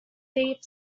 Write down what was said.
deep